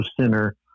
center